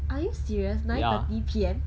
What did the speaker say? are you serious nine thirty P_M